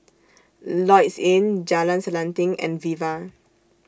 Lloyds Inn Jalan Selanting and Viva